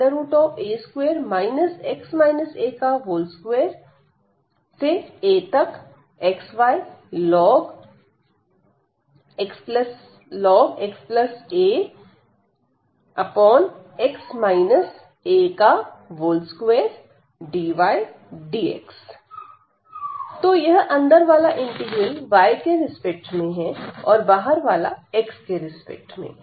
Ix0aya2 x a2axy xa x a2dydx तो यह अंदर वाला इंटीग्रल y के रिस्पेक्ट में है और बाहर वाला xके रिस्पेक्ट में